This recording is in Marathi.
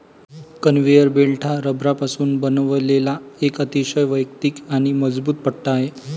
कन्व्हेयर बेल्ट हा रबरापासून बनवलेला एक अतिशय वैयक्तिक आणि मजबूत पट्टा आहे